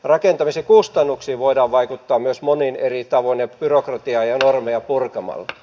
rakentamisen kustannuksiin voidaan vaikuttaa myös monin eri tavoin byrokratiaa ja normeja purkamalla